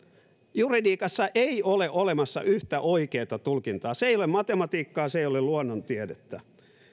juridiikassa ei ole olemassa yhtä oikeata tulkintaa se ei ole matematiikkaa se ei ole luonnontiedettä